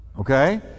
Okay